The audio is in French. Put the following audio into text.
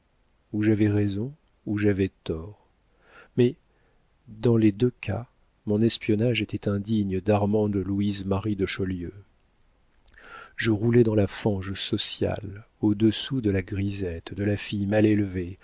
ou j'avais raison ou j'avais tort mais dans les deux cas mon espionnage était indigne darmande louise marie de chaulieu je roulais dans la fange sociale au-dessous de la grisette de la fille mal élevée